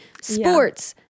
Sports